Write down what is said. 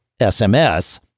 SMS